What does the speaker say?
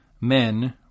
men